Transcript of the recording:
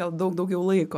gal daug daugiau laiko